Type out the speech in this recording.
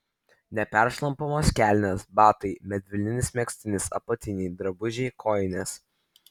neperšlampamos kelnės batai medvilninis megztinis apatiniai drabužiai kojinės